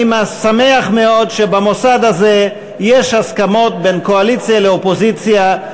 אני שמח מאוד שבמוסד הזה יש הסכמות בין קואליציה לאופוזיציה.